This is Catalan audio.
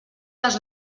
les